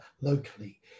locally